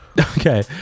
okay